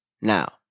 Now